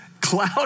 Cloud